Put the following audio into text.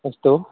अस्तु